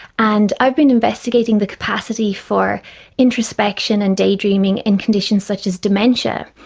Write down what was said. and i've been investigating the capacity for introspection and daydreaming in conditions such as dementia.